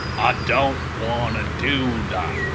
ah don't wanna do that.